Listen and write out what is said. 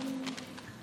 נכון.